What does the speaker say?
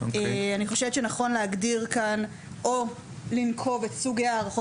אני חושבת שנכון להגדיר כאן או לנקוב את סוגי הערכות